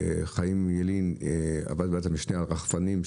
חיים ילין עבד בוועדת המשנה על רחפניים.